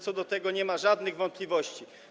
Co do tego nie ma żadnych wątpliwości.